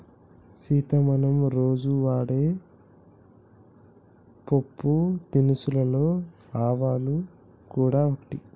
సీత మనం రోజు వాడే పోపు దినుసులలో ఆవాలు గూడ ఒకటి